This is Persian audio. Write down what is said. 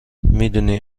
میدونی